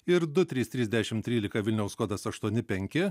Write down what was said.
ir du trys trys dešimt trylika vilniaus kodas aštuoni penki